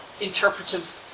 Interpretive